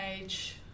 age